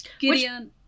Gideon